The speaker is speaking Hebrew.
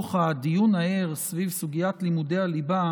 שבתוך הדיון הער סביב סוגיית לימודי הליבה